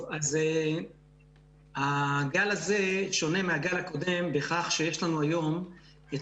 אז הגל הזה שונה מהגל הקודם בכך שיש לנו היום את